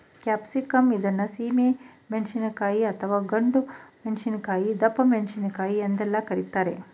capsicum ಇದನ್ನು ಸೀಮೆ ಮೆಣಸಿನಕಾಯಿ, ಅಥವಾ ಗುಂಡು ಮೆಣಸಿನಕಾಯಿ, ದಪ್ಪಮೆಣಸಿನಕಾಯಿ ಎಂದೆಲ್ಲ ಕರಿತಾರೆ